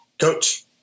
Coach